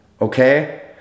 Okay